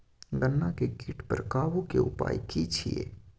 गन्ना के कीट पर काबू के उपाय की छिये?